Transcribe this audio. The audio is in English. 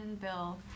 bill